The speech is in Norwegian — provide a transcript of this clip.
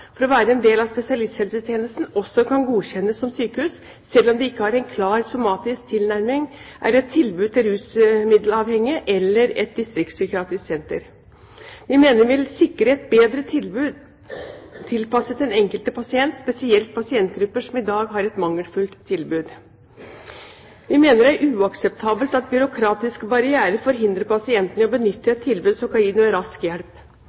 for å være en del av spesialisthelsetjenesten, også kan godkjennes som sykehus, selv om de ikke har en klar somatisk tilnærming, er et tilbud til rusmiddelavhengige eller et distriktspsykiatrisk senter. Vi mener det vil sikre et bedre tilbud tilpasset den enkelte pasient, spesielt pasientgrupper som i dag har et mangelfullt tilbud. Vi mener det er uakseptabelt at byråkratiske barrierer forhindrer pasientene i å benytte et tilbud som kan gi dem rask hjelp.